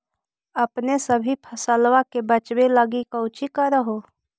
अपने सभी फसलबा के बच्बे लगी कौची कर हो?